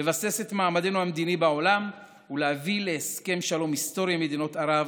לבסס את מעמדנו המדיני בעולם ולהביא להסכם שלום היסטורי עם מדינות ערב,